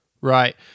Right